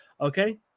Okay